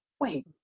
wait